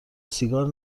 سیگار